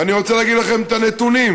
ואני רוצה להציג לכם את הנתונים: